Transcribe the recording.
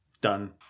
Done